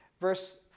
Verse